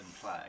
play